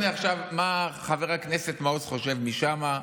וזה לא משנה עכשיו מה חברי הכנסת מעוז חושב משם.